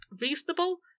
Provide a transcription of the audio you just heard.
reasonable